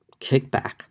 kickback